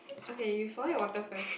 okay you swallow your water first